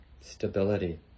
stability